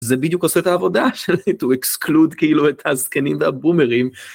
זה בדיוק עושה את העבודה של to exclude כאילו את הזקנים והבומרים.